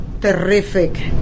terrific